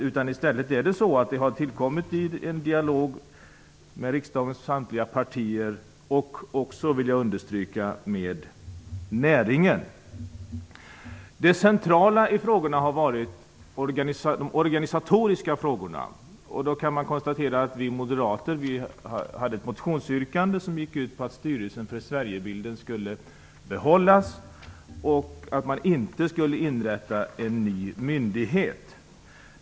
Detta har i stället tillkommit i dialog med riksdagens samtliga partier och också, vill jag understryka, med näringen. Det centrala har varit de organisatoriska frågorna. Vi moderater hade ett motionsyrkande som gick ut på att Styrelsen för Sverigebilden skulle behållas och att man inte skulle inrätta någon ny myndighet.